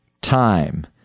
time